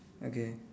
okay